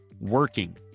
working